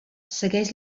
segueix